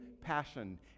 passion